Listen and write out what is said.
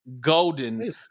golden